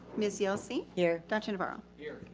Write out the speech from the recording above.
ms. yelsey. here. dr. navarro. here.